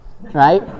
right